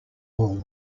war